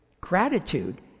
gratitude